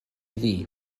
ddu